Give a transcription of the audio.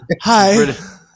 Hi